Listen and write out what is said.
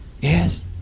yes